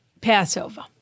Passover